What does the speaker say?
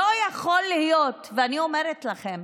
לא יכול להיות, ואני אומרת לכם,